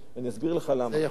זה יכול להיות.